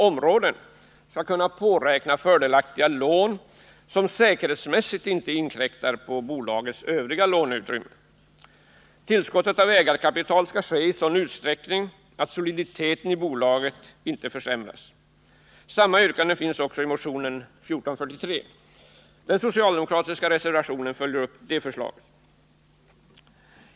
områden skall kunna påräkna fördelaktiga lån, som säkerhetsmässigt inte inkräktar på bolagets övriga låneutrymme. Tillskottet av ägarkapital skall ske i sådan utsträckning att soliditeten i bolaget inte försämras. Samma yrkande finns i motion 1443. Den socialdemokratiska reservationen följer upp de förslagen.